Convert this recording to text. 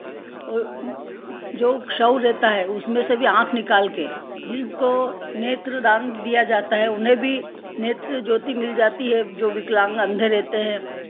जो शव रहता है उसमें से भी आँख निकाल कर जिसको नेत्रदान दिया जाता है उन्हें भी नेत्र ज्योति मिल जाती है जो विकलांग अंधे रेहते हैं